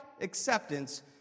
acceptance